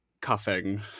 cuffing